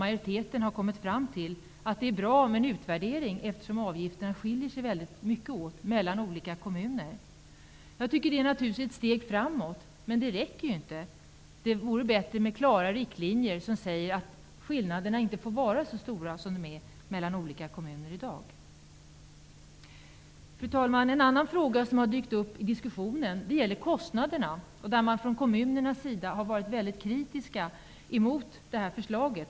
Majoriteten har kommit fram till att det är bra med en utvärdering eftersom avgifterna skiftar väldigt mycket mellan olika kommuner. Jag tycker naturligtvis att det är ett steg framåt, men det räcker inte. Det vore bättre med klara riktlinjer som anger att skillnaderna inte får vara så stora som de är mellan olika kommuner i dag. Fru talman! En annan fråga som har dykt upp i diskussionen är kostnaderna. Kommunerna har varit mycket kritiska mot det här förslaget.